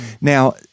Now